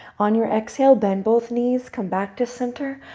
on your exhale, bend both knees. come back to center.